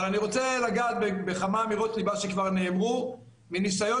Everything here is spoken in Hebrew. אבל אני רוצה לגעת בכמה אמירות ליבה שכבר נאמרו: מניסיון